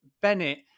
Bennett